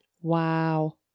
Wow